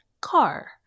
car